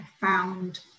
found